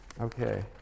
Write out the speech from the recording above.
Okay